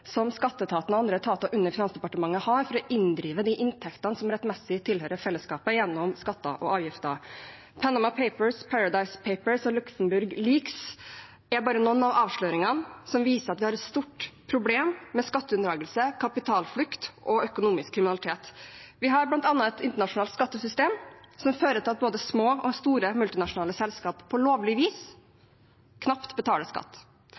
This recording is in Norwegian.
som skatteetaten og andre etater under Finansdepartementet har for å inndrive de inntektene som rettmessig tilhører fellesskapet, gjennom skatter og avgifter. Panama Papers, Paradise Papers og Luxembourg Leaks er bare noen av avsløringene som viser at vi har et stort problem med skatteunndragelse, kapitalflukt og økonomisk kriminalitet. Vi har bl.a. et internasjonalt skattesystem som fører til at både små og store multinasjonale selskaper på lovlig vis knapt betaler skatt.